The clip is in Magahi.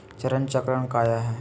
चरण चक्र काया है?